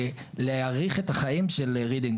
להאריך את החיים של רידינג,